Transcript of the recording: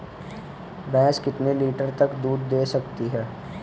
भैंस कितने लीटर तक दूध दे सकती है?